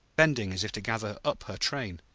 bending as if to gather up her train.